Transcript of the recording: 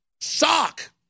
Sock